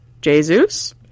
Jesus